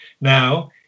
Now